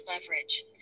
leverage